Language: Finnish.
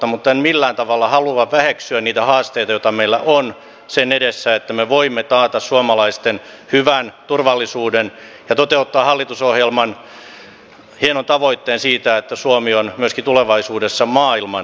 mutta en millään tavalla halua väheksyä niitä haasteita joita meillä on edessä siinä että me voimme taata suomalaisten hyvän turvallisuuden ja toteuttaa hallitusohjelman hienon tavoitteen siitä että suomi on myöskin tulevaisuudessa maailman turvallisin maa